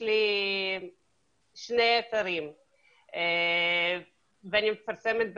לי שני אתרים ואני מפרסמת בפייסבוק.